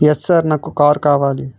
yes sir నాకు car కావాలి